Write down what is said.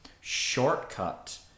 shortcut